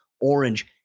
orange